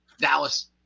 Dallas